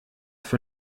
für